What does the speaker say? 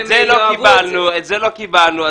את זה לא קיבלנו.